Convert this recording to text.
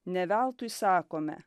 ne veltui sakome